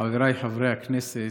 חבריי חברי הכנסת,